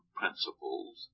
principles